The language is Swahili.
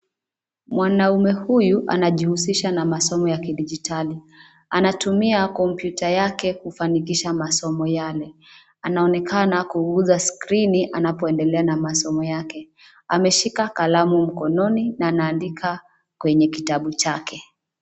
Mwanaume huyu, anajihusisha na masomo ya kidijitali. Anatumia kompyuta yake kufanikisha masomo yale. Anaonekana kuguza skrini, anapoendelea na masomo yake. Ameshika kalamu mkononi, na anaandika kwenye kitabu chake.